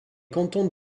cantons